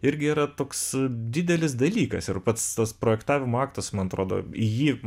irgi yra toks didelis dalykas ir pats tas projektavimo aktas man atrodo į jį